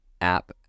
app